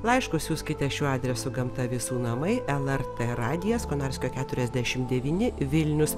laiškus siųskite šiuo adresu gamta visų namai lrt radijas konarskio keturiasdešimt devyni vilnius